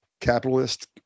capitalist